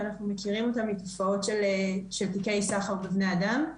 ואנחנו מכירים אותם מתופעות של תיקי סחר בבני אדם.